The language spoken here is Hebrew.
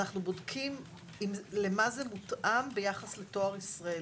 אנחנו בודקים למה זה מותאם ביחס לתואר ישראלי.